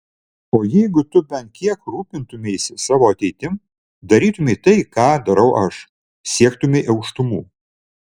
o jeigu tu bent kiek rūpintumeisi savo ateitim darytumei tai ką darau aš siektumei aukštumų